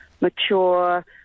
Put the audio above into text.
mature